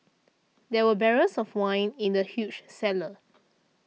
there were barrels of wine in the huge cellar